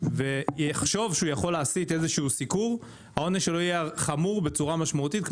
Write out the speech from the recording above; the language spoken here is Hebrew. ויחשוב שהוא יכול להסית איזשהו סיקור - העונש שלו חמור בצורה משמעותית,